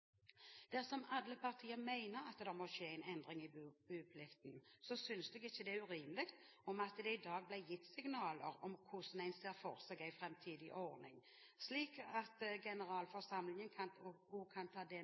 alle partier mener at det må skje endringer i boplikten, synes jeg ikke det er urimelig om det i dag blir gitt signaler om hvordan en ser for seg en framtidig ordning, slik at generalforsamlingen kan ta det